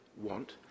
want